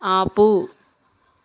ఆపు